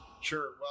Sure